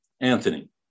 Anthony